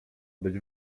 być